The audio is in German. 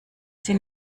sie